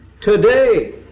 today